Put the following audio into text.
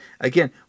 again